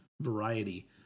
Variety